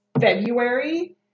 February